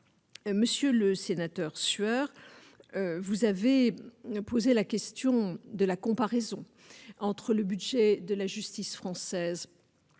monsieur le sénateur Sueur vous avez ne posez la question de la comparaison entre le budget de la justice française et